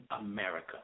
America